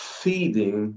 feeding